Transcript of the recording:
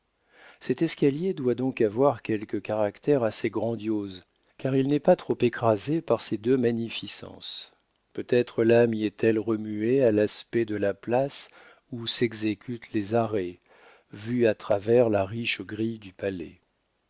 cet escalier doit donc avoir quelque caractère assez grandiose car il n'est pas trop écrasé par ces deux magnificences peut-être l'âme y est-elle remuée à l'aspect de la place où s'exécutent les arrêts vue à travers la riche grille du palais